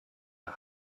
der